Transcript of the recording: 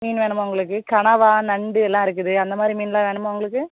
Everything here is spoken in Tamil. மீன் வேணுமா உங்களுக்கு கனவா நண்டு எல்லாம் இருக்குது அந்த மாதிரி மீனெலாம் வேணுமா உங்களுக்கு